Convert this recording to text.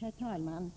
Herr talman!